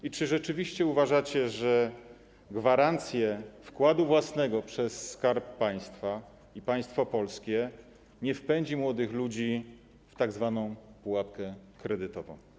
I czy rzeczywiście uważacie, że gwarancje wkładu własnego udzielane przez Skarb Państwa i państwo polskie nie wpędzą młodych ludzi w tzw. pułapkę kredytową?